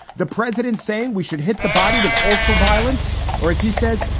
the president saying we should hit the body with ultraviolence or as he says,